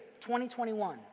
2021